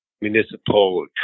municipal